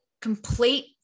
complete